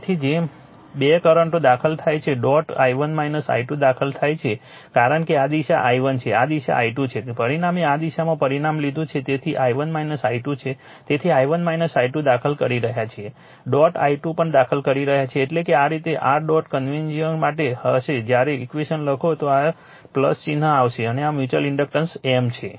તેથી જેમ 2 કરંટો દાખલ થાય છે ડોટ i1 i2 દાખલ થાય છે કારણ કે આ દિશા i1 છે આ દિશા i2 છે પરિણામે આ દિશાઓમાં પરિણામ લીધું છે તેથી i1 i2 છે તેથી i1 i2 દાખલ કરી રહ્યા છીએ ડોટ i2 પણ દાખલ કરી રહ્યા છીએ એટલે કે આ રીતે r ડોટ કન્વેન્શનિંગ માટે જશે જ્યારે ઈક્વેશન લખો તો ચિહ્ન આવશે અને આ મ્યુચ્યુઅલ ઇન્ડક્ટન્સ M છે